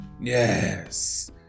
Yes